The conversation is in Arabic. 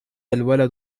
الولد